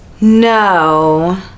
No